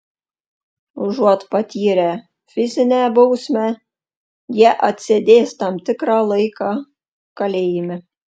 užuot patyrę fizinę bausmę jie atsėdės tam tikrą laiką kalėjime